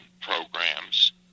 programs